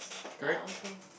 ya okay